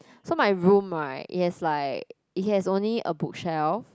so my room right it has like it has only a bookshelf